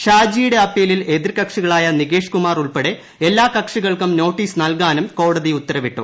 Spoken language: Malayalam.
ഷാജിയുടെ അപ്പീലിൽ ഏത്രീർക്ക്ഷികകളായ നികേഷ്കുമാർ ഉൾപ്പെടെ എല്ലാ കക്ഷികൾക്കും നോട്ടീസ്ട് നൽകാനും കോടതി ഉത്തരവിട്ടു